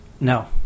No